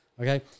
Okay